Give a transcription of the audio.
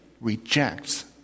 rejects